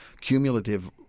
cumulative